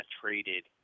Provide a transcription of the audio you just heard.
traded